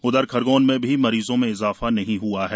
उधर खरगौन में भी मरीजों में इजाफा नहीं हआ है